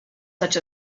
such